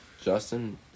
Justin